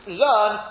learn